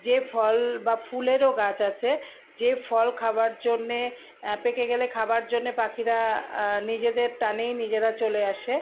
যেই ফল বা ফুলেরও গাছ আছে যে ফল খাবার জন্যে পেকে গেলে খাবার জন্যে পাখিরা নিজেদের টানেই নিজেরা চলে আসে